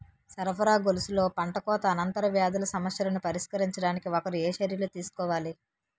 సరఫరా గొలుసులో పంటకోత అనంతర వ్యాధుల సమస్యలను పరిష్కరించడానికి ఒకరు ఏ చర్యలు తీసుకోవాలి?